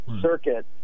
circuit